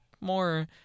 more